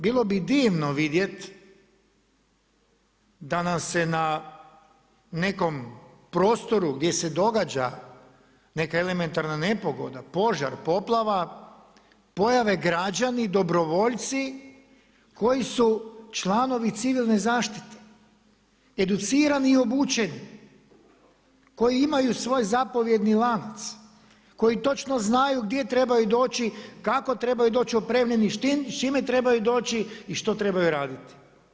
Bilo bi divno vidjeti da nam se na nekom prostoru gdje se događa neka elementarna nepogoda, požar, poplava pojave građani dobrovoljci koji su članovi Civilne zaštite educirani i obučeni, koji imaju svoj zapovjedni lanac, koji točno znaju gdje trebaju doći, kako trebaju doći opremljeni, s čime trebaju doći i što trebaju raditi.